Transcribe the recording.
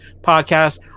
podcast